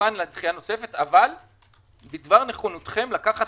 לדחייה נוספת אבל בדבר נכונותכם לקחת